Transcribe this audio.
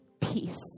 peace